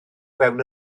fewn